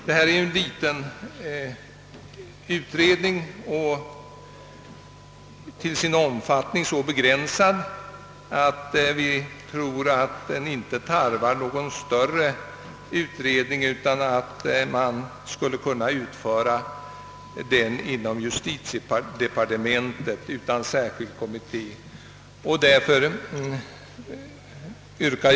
Det gäller en liten utredning, till sin omfattning så begränsad att vi tror att den skulle kunna utföras inom justitiedepartementet utan tillsättande av någon särskild kommitté. Herr talman!